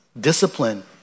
discipline